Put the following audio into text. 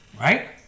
Right